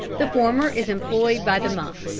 the former is employed by the month,